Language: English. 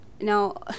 now